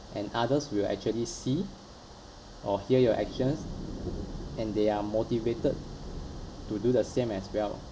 and others will actually see or hear your actions and they are motivated to do the same as well